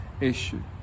issue